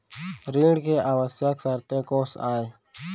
ऋण के आवश्यक शर्तें कोस आय?